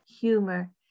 humor